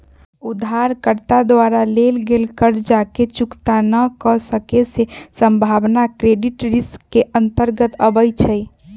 उधारकर्ता द्वारा लेल गेल कर्जा के चुक्ता न क सक्के के संभावना क्रेडिट रिस्क के अंतर्गत आबइ छै